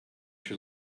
you